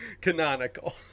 Canonical